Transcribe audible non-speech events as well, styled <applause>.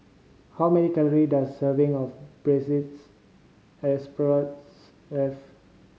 how many calory does a serving of braised <unintelligible> have